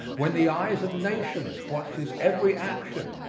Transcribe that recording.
when the eyes of nations watched his every action.